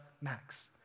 max